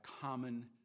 common